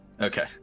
Okay